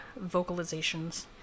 vocalizations